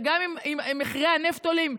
וגם אם מחירי הנפט עולים,